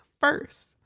first